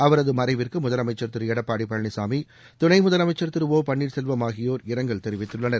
அவரது மறைவிற்கு முதலமைச்சள் திரு எடப்பாடி பழனிசாமி துணை முதலமைச்சள் திரு ஒ பன்னீர்செல்வம் ஆகியோர் இரங்கல் தெரிவித்துள்ளனர்